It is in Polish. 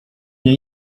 nie